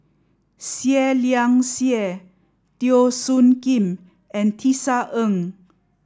Seah Liang Seah Teo Soon Kim and Tisa Ng